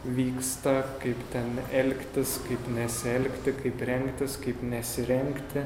vyksta kaip ten elgtis kaip nesielgti kaip rengtis kaip nesirengti